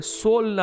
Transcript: soul